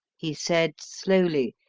he said slowly,